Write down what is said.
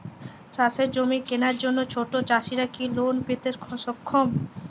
চাষের জমি কেনার জন্য ছোট চাষীরা কি লোন পেতে সক্ষম?